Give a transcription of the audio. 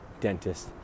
dentist